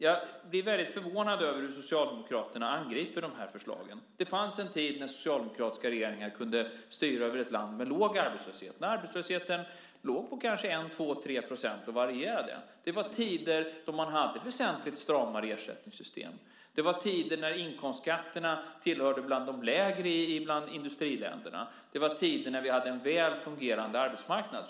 Jag är förvånad över hur Socialdemokraterna angriper förslagen. Det fanns en tid när socialdemokratiska regeringar kunde styra över ett land med låg arbetslöshet. Då låg arbetslösheten på 1 %, 2 % eller 3 %. Det var tider då man hade väsentligt stramare ersättningssystem. Det var tider när inkomstskatterna var bland de lägre bland industriländerna. Det var tider när vi hade en väl fungerande arbetsmarknad.